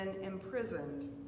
imprisoned